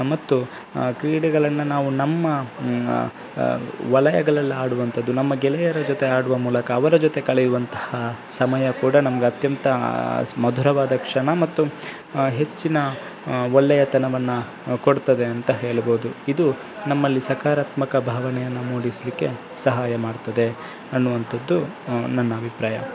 ಮತ್ತು ಕ್ರೀಡೆಗಳನ್ನು ನಾವು ನಮ್ಮ ವಲಯಗಳಲ್ಲಾಡುವಂತದ್ದು ನಮ್ಮ ಗೆಳೆಯರ ಜೊತೆ ಆಡುವ ಮೂಲಕ ಅವರ ಜೊತೆ ಕಳೆಯುವಂತಹ ಸಮಯ ಕೂಡ ನಮ್ಗೆ ಅತ್ಯಂತ ಮಧುರವಾದ ಕ್ಷಣ ಮತ್ತು ಹೆಚ್ಚಿನ ಒಳ್ಳೆಯ ತನವನ್ನು ಕೊಡುತ್ತದೆ ಅಂತ ಹೇಳಬಹುದು ಇದು ನಮ್ಮಲ್ಲಿ ಸಕಾರಾತ್ಮಕ ಭಾವನೆಯನ್ನು ಮೂಡಿಸಲಿಕ್ಕೆ ಸಹಾಯ ಮಾಡುತ್ತದೆ ಅನ್ನುವಂತದ್ದು ನನ್ನ ಅಭಿಪ್ರಾಯ